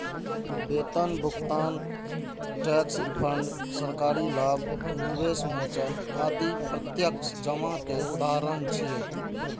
वेतन भुगतान, tax refund, सरकारी लाभ, निवेश मोचन आदि प्रत्यक्ष जमा के उदाहरण छियै